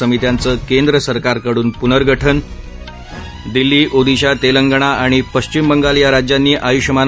समित्यांचं केंद्रसरकारकडून पूर्नगठन दिल्ली ओदिशा तेलंगणा आणि पश्चिम बंगाल या राज्यांनी आयुष्यमान